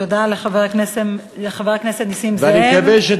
תודה לחבר הכנסת נסים זאב.